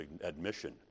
admission